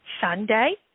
Sunday